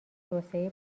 توسعه